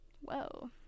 whoa